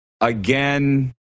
Again